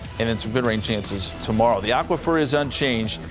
and it's been rain chances. tomorrow. the aquifer is unchanged.